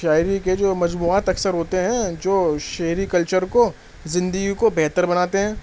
شاعری کے جو مجموعات اکثر ہوتے ہیں جو شعری کلچر کو زندگی کو بہتر بناتے ہیں